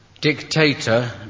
Dictator